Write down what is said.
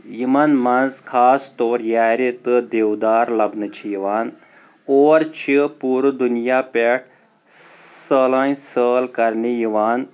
یِمن منٛز خاص طور یارِ تہٕ دیودار لَبنہٕ چھ یِوان اور چھ پوٗرٕ دُنیاہ پٮ۪ٹھ سٲلانہِ سٲل کَرنہِ یِوان